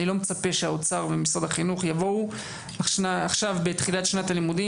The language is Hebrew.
אני לא מצפה שהאוצר ומשרד החינוך יבואו עכשיו בתחילת שנת הלימודים